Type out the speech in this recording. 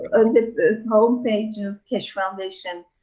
on the homepage of keshe foundation.